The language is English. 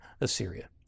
Assyria